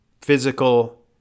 physical